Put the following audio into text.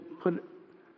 put